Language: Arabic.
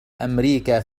أمريكا